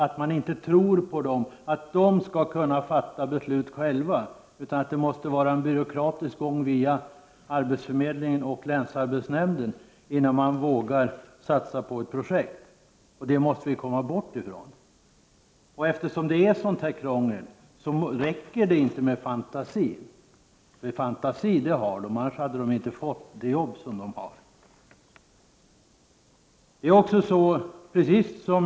Man tror inte att arbetsförmedlarna själva skall kunna fatta beslut, utan det krävs en byråkratisk gång via arbetsförmedlingen och länsarbetsnämnden innan man vågar satsa på ett projekt. Det måste vi komma bort ifrån. Eftersom det är sådant krångel räcker det inte med fantasi. Fantasi har de — annars hade de inte fått det jobb de har.